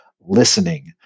listening